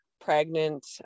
pregnant